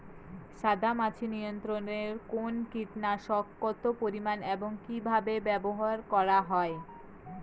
সাদামাছি নিয়ন্ত্রণে কোন কীটনাশক কত পরিমাণে এবং কীভাবে ব্যবহার করা হয়?